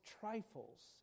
trifles